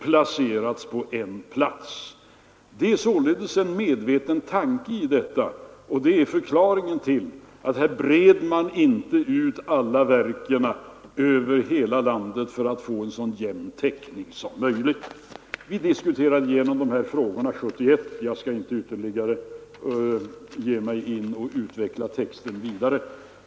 Det är således en medveten tanke i detta, och det är förklaringen till att här breder man inte ut verken över hela landet för att få en så jämn täckning som möjligt. Vi diskuterade igenom de här frågorna 1971, och jag skall inte utveckla texten vidare.